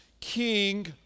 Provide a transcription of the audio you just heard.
king